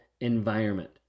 environment